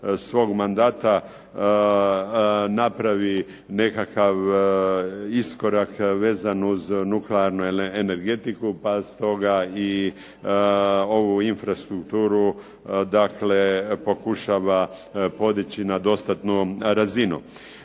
svog mandata napravi nekakav iskorak vezan uz nuklearnu energetiku, pa stoga i ovu infrastrukturu dakle pokušava podići na dostatnu razinu.